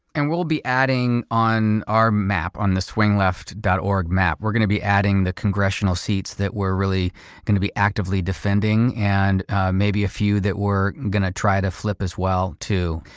and we'll be adding on our map, on the swingleft. org map, we're going to be adding the congressional seats that we're really going to be actively defending and ah maybe a few that were going to try to flip as well too,